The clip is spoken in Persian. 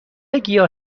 گیاه